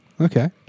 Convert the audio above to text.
Okay